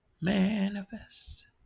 Manifest